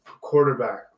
quarterback